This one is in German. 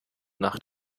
nach